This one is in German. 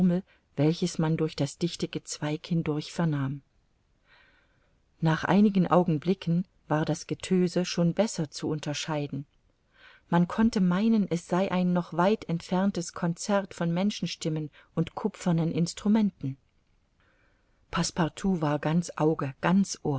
welches man durch das dichte gezweig hindurch vernahm nach einigen augenblicken war das getöse schon besser zu unterscheiden man konnte meinen es sei ein noch weit entferntes concert von menschenstimmen und kupfernen instrumenten passepartout war ganz auge ganz